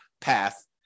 path